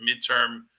midterm